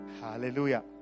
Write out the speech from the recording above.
hallelujah